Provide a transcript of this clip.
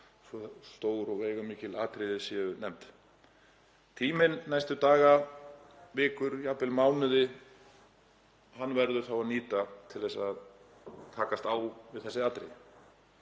stór og veigamikil atriði séu nefnd. Tímann næstu daga, vikur, jafnvel mánuði verður þá að nýta til að takast á við þessi atriði.